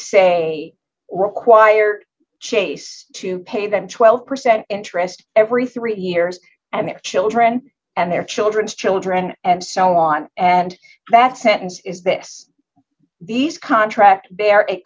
required chase to pay them twelve percent interest every three years and their children and their children's children and so on and that sentence is this these contracts bear